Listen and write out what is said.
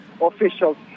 officials